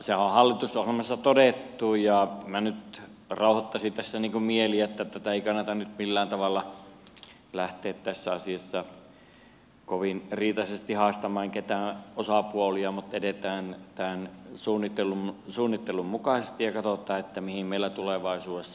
sehän on hallitusohjelmassa todettu ja minä nyt rauhoittaisin tässä mieliä että ei nyt kannata millään tavalla lähteä tässä asiassa kovin riitaisesti haastamaan ketään osapuolia mutta edetään tämän suunnittelun mukaisesti ja katsotaan mihin meillä tulevaisuudessa on varaa